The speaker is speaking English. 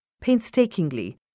Painstakingly